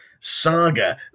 saga